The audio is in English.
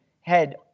head